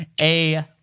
A-